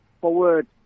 forward